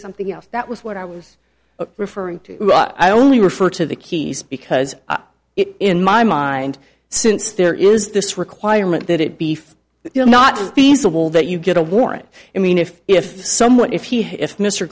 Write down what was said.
something else that was what i was referring to i only refer to the keys because it in my mind since there is this requirement that it be for your not feasible that you get a warrant i mean if if someone if you if mr